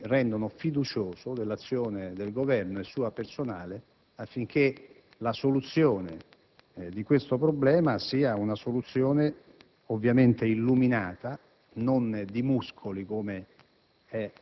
mi rende fiducioso nell'azione del Governo e sua personale affinché la soluzione di questo problema sia una soluzione ovviamente illuminata, non muscolare,